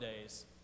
days